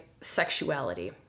sexuality